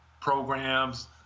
programs